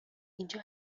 اینجا